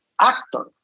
actor